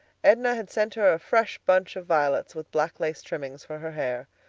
edna had sent her a fresh bunch of violets with black lace trimmings for her hair.